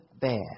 bad